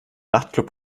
nachtclub